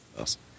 Awesome